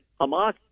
Hamas